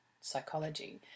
psychology